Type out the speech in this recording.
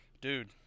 Dude